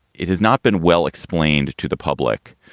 it has not been well explained to the public.